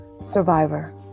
survivor